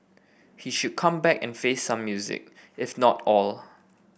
he should come back and face some music if not all